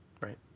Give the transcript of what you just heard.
Right